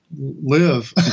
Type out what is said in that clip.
live